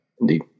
indeed